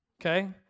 Okay